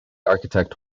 architect